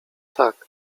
tak